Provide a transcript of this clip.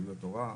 יהדות התורה,